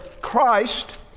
Christ